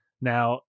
Now